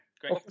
Great